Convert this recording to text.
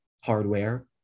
hardware